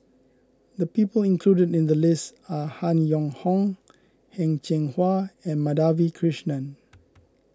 the people included in the list are Han Yong Hong Heng Cheng Hwa and Madhavi Krishnan